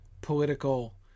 political